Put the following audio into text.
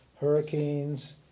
hurricanes